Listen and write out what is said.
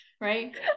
right